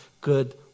good